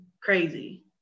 crazy